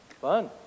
fun